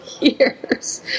years